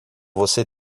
você